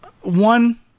one